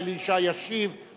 הממשלה, אלי ישי, ישיב.